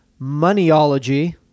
moneyology